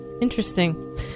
Interesting